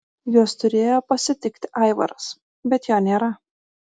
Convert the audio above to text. juos turėjo pasitikti aivaras bet jo nėra